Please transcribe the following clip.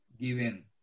given